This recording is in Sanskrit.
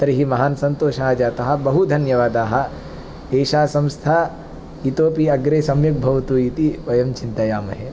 तर्हि महान् सन्तोषः जातः बहु धन्यवादाः एषा संस्था इतोऽपि अग्रे सम्यक् भवतु इति वयं चिन्तयामहे